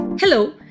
Hello